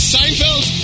Seinfeld